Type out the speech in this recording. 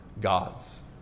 gods